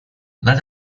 let